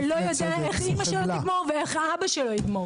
איך אמא שלו תגמור ואיך אבא שלו יגמור.